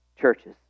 churches